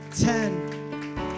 ten